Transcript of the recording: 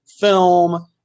film